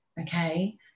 okay